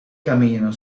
camino